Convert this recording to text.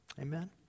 Amen